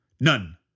None